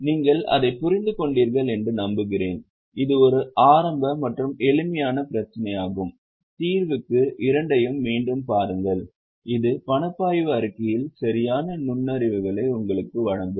நீங்கள் அதை புரிந்து கொண்டீர்கள் என்று நம்புகிறேன் இது ஒரு ஆரம்ப மற்றும் எளிமையான பிரச்சினையாகும் தீர்வுக்கு இரண்டையும் மீண்டும் பாருங்கள் இது பணப்பாய்வு அறிக்கையில் சரியான நுண்ணறிவுகளை உங்களுக்கு வழங்கும்